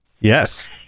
Yes